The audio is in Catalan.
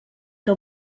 que